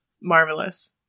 marvelous